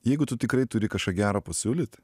jeigu tu tikrai turi kažką gero pasiūlyt